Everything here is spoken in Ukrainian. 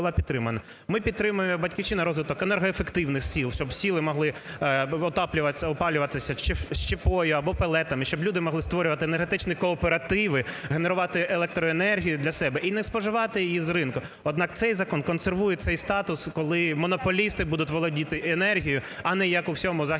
Ми підтримуємо, "Батьківщина", розвиток енергоефективних сіл, щоб села могли опалюватися щепою або пелетами, щоб люди могли створювати енергетичні кооперативи, генерувати електроенергію для себе і не споживати її з ринку. Однак цей закон консервує цей статус, коли монополісти будуть володіти енергією, а не, як у всьому західному